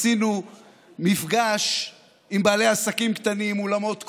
עשינו מפגש עם בעלי עסקים קטנים: אולמות כושר,